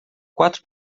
quatro